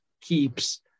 keeps